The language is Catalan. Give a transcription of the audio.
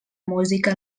música